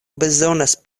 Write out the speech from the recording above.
bezonas